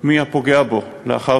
מהפוגע בו, לאחר